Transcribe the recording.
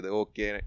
okay